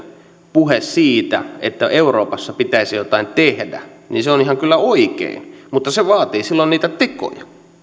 puhe siitä että euroopassa pitäisi jotain tehdä on ihan kyllä oikein mutta se vaatii silloin niitä tekoja